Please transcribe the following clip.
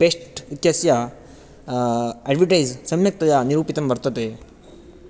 paste इत्यस्य advertise सम्यक्तया निरूपितं वर्तते